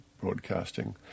broadcasting